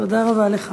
תודה רבה לך.